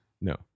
No